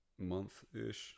month-ish